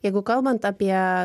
jeigu kalbant apie